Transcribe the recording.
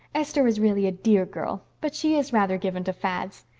esther is really a dear girl, but she is rather given to fads.